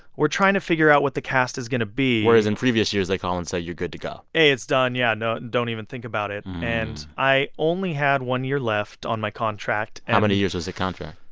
we're trying to figure out what the cast is going to be whereas in previous years they call and say, you're good to go hey, it's done. yeah. and don't even think about it. and i only had one year left on my contract. and. how many years was the contract?